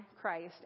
Christ